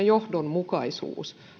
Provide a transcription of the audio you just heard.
johdonmukaisuus